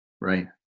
right